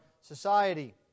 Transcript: society